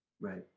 Right